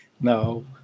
No